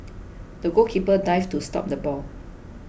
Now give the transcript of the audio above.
the goalkeeper dived to stop the ball